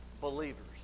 believers